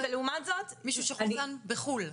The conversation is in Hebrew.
הקטגוריה היא מישהו שחוסן בחו"ל.